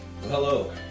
Hello